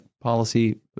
policy